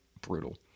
brutal